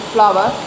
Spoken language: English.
Flower